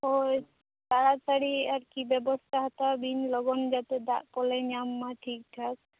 ᱦᱳᱭ ᱛᱟᱲᱟ ᱛᱟᱹᱲᱤ ᱟᱨᱠᱤ ᱵᱮᱵᱚᱥᱛᱟ ᱦᱟᱛᱟᱣ ᱵᱤᱱ ᱞᱚᱜᱚᱱ ᱡᱟᱛᱮ ᱫᱟᱜᱽ ᱠᱚᱞᱮ ᱧᱟᱢ ᱢᱟ ᱴᱤᱠ ᱴᱷᱟᱠ